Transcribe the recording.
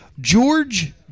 George